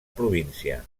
província